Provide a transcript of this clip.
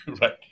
Right